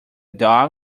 dog